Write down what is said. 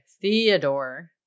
Theodore